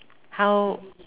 how